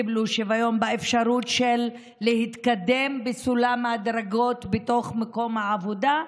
קיבלו שוויון באפשרות להתקדם בסולם הדרגות בתוך מקום העבודה.